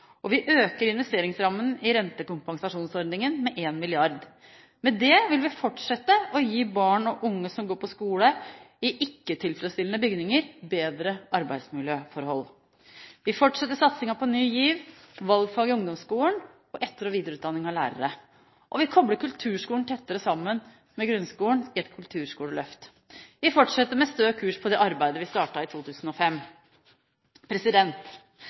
skoleeier. Vi øker investeringsrammen i rentekompensasjonsordningen med 1 mrd. kr. Med det vil vi fortsette å gi barn og unge som går på skole i ikke-tilfredsstillende bygninger, bedre arbeidsmiljøforhold. Vi fortsetter satsingen på Ny GIV, valgfag i ungdomsskolen og etter- og videreutdanning av lærere. Og vi kobler kulturskolen tettere sammen med grunnskolen i et kulturskoleløft. Vi fortsetter med stø kurs på det arbeidet vi startet i 2005.